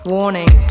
Warning